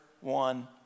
one